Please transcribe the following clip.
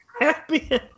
Happy